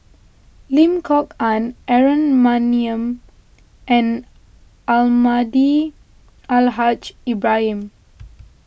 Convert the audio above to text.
Lim Kok Ann Aaron Maniam and Almahdi Al Haj Ibrahim